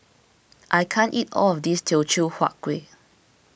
I can't eat all of this Teochew Huat Kuih